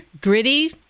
gritty